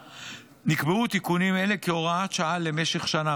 נקבעו תיקונים אלה כהוראת שעה למשך שנה.